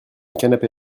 canapé